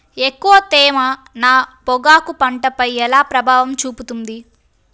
ఎక్కువ తేమ నా పొగాకు పంటపై ఎలా ప్రభావం చూపుతుంది?